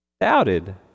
doubted